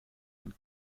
man